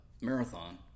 marathon